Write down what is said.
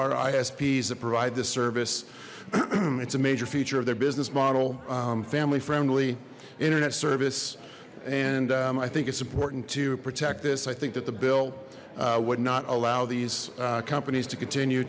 are isps that provide this service it's a major feature of their business model family friendly internet service and i think it's important to protect this i think that the bill would not allow these companies to continue